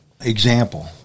example